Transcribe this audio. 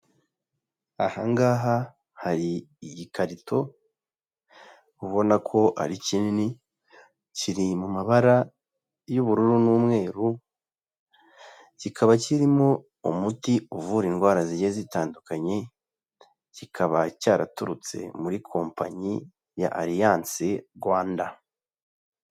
Aha ngaha hari igikarito ubona ko ari kinini kiri mu mabara y'ubururu n'umweru, kikaba kirimo umuti uvura indwara zigiye zitandukanye, kikaba cyaraturutse muri kompanyi ya Alliance Rwanda.